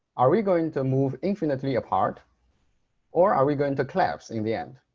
are we going to move infinitely apart or are we going to collapse in the end?